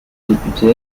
député